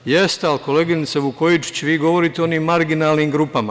Jeste, ali koleginice Vukojičić vi govorite o onim marginalnim grupama.